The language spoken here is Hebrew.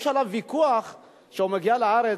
יש עליו ויכוח כשהוא מגיע לארץ,